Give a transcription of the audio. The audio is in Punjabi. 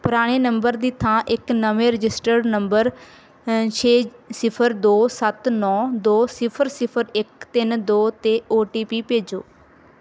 ਪੁਰਾਣੇ ਨੰਬਰ ਦੀ ਥਾਂ ਇੱਕ ਨਵੇਂ ਰਜਿਸਟਰਡ ਨੰਬਰ ਛੇ ਸਿਫ਼ਰ ਦੋ ਸੱਤ ਨੌ ਦੋ ਸਿਫ਼ਰ ਸਿਫ਼ਰ ਇੱਕ ਤਿੰਨ ਦੋ 'ਤੇ ਓ ਟੀ ਪੀ ਭੇਜੋ